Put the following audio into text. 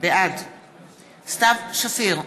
בעד סתיו שפיר,